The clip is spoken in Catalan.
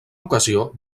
ocasió